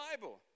Bible